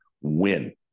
win